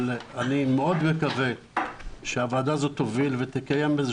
אני מאוד מקווה שהוועדה הזו תוביל ותקיים.